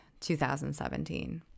2017